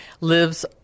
lives